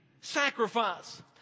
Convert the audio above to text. sacrifice